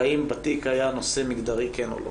והאם בתיק היה נושא מגדרי או לא.